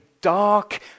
dark